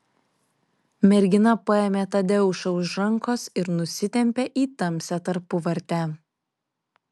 mergina paėmė tadeušą už rankos ir nusitempė į tamsią tarpuvartę